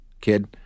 kid